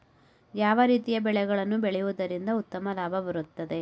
ಯಾವ ರೀತಿಯ ಬೆಳೆಗಳನ್ನು ಬೆಳೆಯುವುದರಿಂದ ಉತ್ತಮ ಲಾಭ ಬರುತ್ತದೆ?